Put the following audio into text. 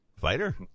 fighter